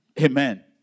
Amen